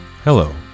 Hello